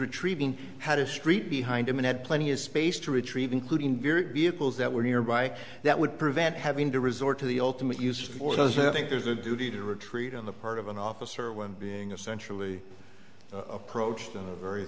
retrieving had a street behind him and had plenty of space to retrieve including vehicles that were nearby that would prevent having to resort to the ultimate use for those who think there's a duty to retreat on the part of an officer when being a centrally approached the very